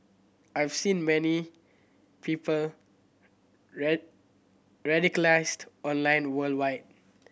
I've seen many people radicalised online worldwide